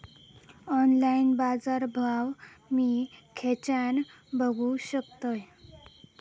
Online बाजारभाव मी खेच्यान बघू शकतय?